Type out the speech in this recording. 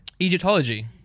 Egyptology